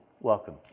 welcome